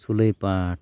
ᱥᱩᱞᱟᱹᱭ ᱯᱟᱴ